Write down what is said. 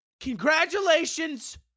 Congratulations